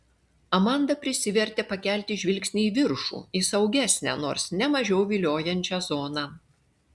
amanda prisivertė pakelti žvilgsnį į viršų į saugesnę nors ne mažiau viliojančią zoną